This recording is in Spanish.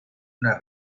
una